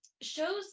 shows